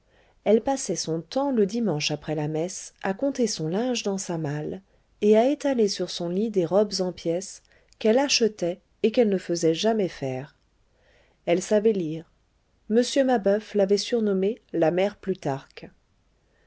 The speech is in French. elle passait son temps le dimanche après la messe à compter son linge dans sa malle et à étaler sur son lit des robes en pièce qu'elle achetait et qu'elle ne faisait jamais faire elle savait lire m mabeuf l'avait surnommée la mère plutarque